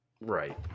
Right